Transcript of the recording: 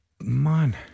Man